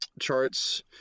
charts